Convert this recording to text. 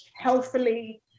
healthfully